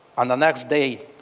on the next day,